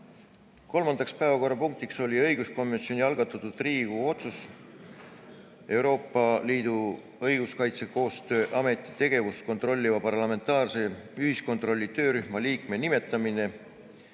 Kolmandaks päevakorrapunktiks oli õiguskomisjoni algatatud Riigikogu otsuse "Euroopa Liidu Õiguskaitsekoostöö Ameti tegevust kontrolliva parlamentaarse ühiskontrolli töörühma liikme nimetamine"